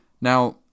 Now